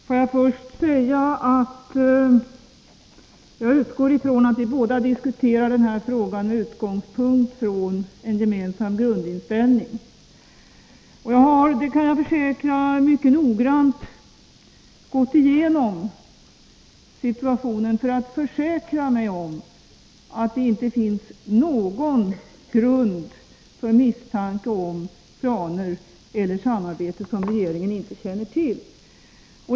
Herr talman! Jag utgår från att vi båda diskuterar denna fråga med utgångspunkt i en gemensam grundinställning. Jag kan betyga att jag mycket noggrant har gått igenom situationen för att försäkra mig om att det inte finns någon grund för misstankar om planer eller samarbete som regeringen inte känner till.